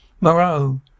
Moreau